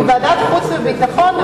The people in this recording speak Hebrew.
כי ועדת החוץ והביטחון,